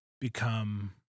become